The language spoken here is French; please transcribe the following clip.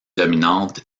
dominante